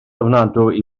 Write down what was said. ofnadwy